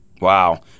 Wow